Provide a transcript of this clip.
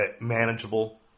manageable